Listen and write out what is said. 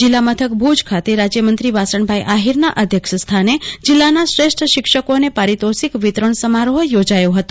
જીલ્કલા મથક ભુજ ખાતે રાજ્યમંત્રી વાસણભાઈ આહીરના અધ્યક્ષ સ્થાને જીલ્લાના શ્રેષ્ઠ શિક્ષકોને પારિતોષિક વિતરણ સમારોહ યોજાયો હતો